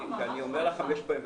ואני אומר לך חמש פעמים,